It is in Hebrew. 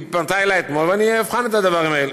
היא פנתה אליי אתמול, ואבחן את הדברים האלה.